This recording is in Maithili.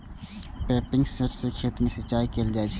पंपिंग सेट सं खेत मे सिंचाई कैल जाइ छै